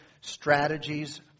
strategies